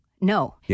no